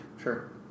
Sure